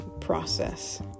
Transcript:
process